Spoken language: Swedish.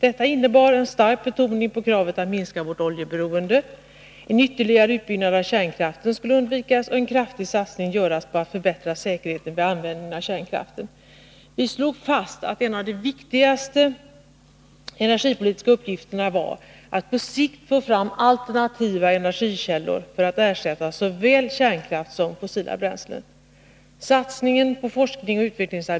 Detta innebar en stark betoning på kravet att minska vårt oljeberoende. En ytterligare utbyggnad av kärnkraften skulle undvikas och en kraftig satsning göras på att förbättra säkerheten vid användning av kärnkraften. Vi slog fast att en av de viktigaste energipolitiska uppgifterna var att på sikt få fram alternativa energikällor för att ersätta såväl kärnkraft som fossila bränslen.